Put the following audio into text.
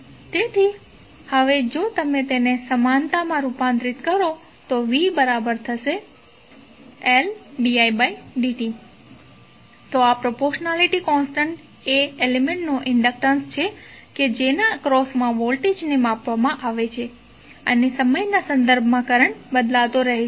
તેથી હવે જો તમે તેને સમાનતામાં રૂપાંતરિત કરો vLd id t તો આ પ્રોપોરશનાલિટી કોન્સ્ટન્ટ એ એલિમેન્ટ્નો ઇન્ડક્ટન્સ છે કે જેના એક્રોસમા વોલ્ટેજને માપવામાં આવે છે અને સમયના સંદર્ભમાં કરંટ બદલાતો રહે છે